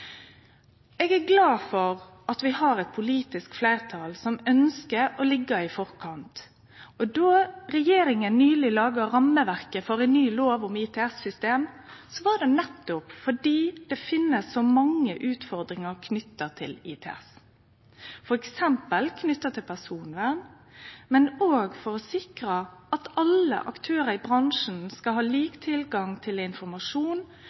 Eg er glad for at vi har eit politisk fleirtal som ønskjer å liggje i forkant, og då regjeringa nyleg laga rammeverket for ei ny lov om ITS-system, var det nettopp fordi det finst så mange utfordringar knytte til ITS, f.eks. knytte til personvern, men også for å sikre at alle aktørane i bransjen skal ha lik tilgang til informasjon